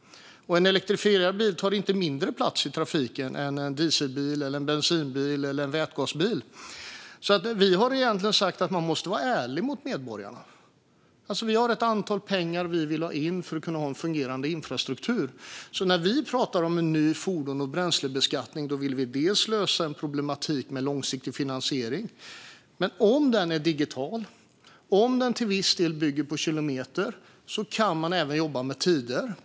En elektrifierad bil tar inte mindre plats i trafiken än en diesel-, bensin eller vätgasbil. Vi har alltså sagt att man måste vara ärlig mot medborgarna. Vi vill ha in en viss summa pengar för att kunna ha en fungerande infrastruktur. När vi pratar om en ny fordons och bränslebeskattning vill vi alltså bland annat lösa problematiken med långsiktig finansiering. Men om den är digital, om den till viss del bygger på kilometer, går det att jobba även med tider.